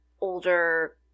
older